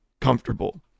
comfortable